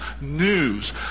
news